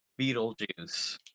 Beetlejuice